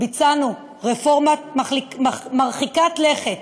ביצענו רפורמה מרחיקת לכת